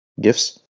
gifts